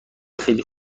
خیلی